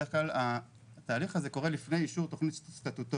בדרך כלל התהליך הזה קורה לפני אישור תוכנית סטטוטורית.